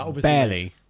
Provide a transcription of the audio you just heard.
Barely